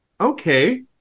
Okay